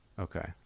okay